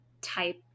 type